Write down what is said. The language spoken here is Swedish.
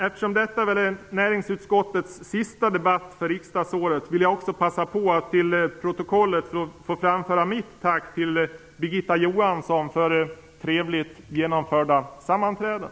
Eftersom detta väl är näringsutskottets sista debatt för riksdagsåret vill jag också passa på att till protokollet få framföra mitt tack till Birgitta Johansson för trevligt genomförda sammanträden.